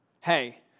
Hey